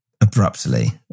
abruptly